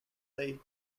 day